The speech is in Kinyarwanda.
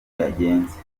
yagenze